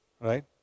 Right